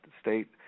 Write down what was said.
state